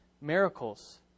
miracles